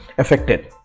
Affected